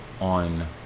on